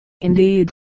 indeed